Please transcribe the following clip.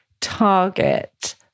target